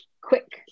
quick